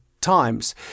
times